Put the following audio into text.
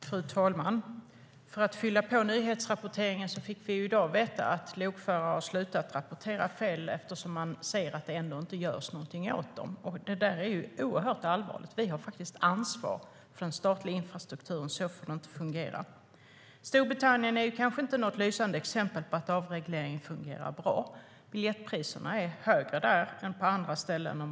Fru talman! För att fylla på nyhetsrapporteringen kan jag säga att vi i dag fick veta att lokförare har slutat rapportera fel eftersom de ser att det ändå inte görs någonting åt dem. Detta är oerhört allvarligt. Vi har faktiskt ansvar för den statliga infrastrukturen. Så här får det inte fungera. Storbritannien är kanske inte något lysande exempel på välfungerande avreglering. Biljettpriserna är högre där än på andra ställen.